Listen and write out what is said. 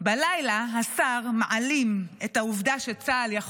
בלילה השר מעלים את העובדה שצה"ל יכול